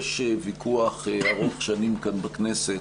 יש ויכוח ארוך שנים כאן בכנסת,